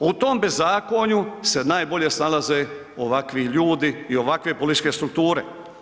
U tom bezakonju se najbolje snalaze ovakvi ljudi i ovakve političke strukture.